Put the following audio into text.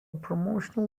promotional